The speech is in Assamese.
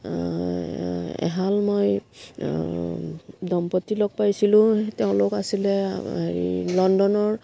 এহাল মই দম্পতীক লগ পাইছিলোঁ তেওঁলোক আছিলে হেৰি লণ্ডনৰ